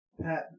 Pat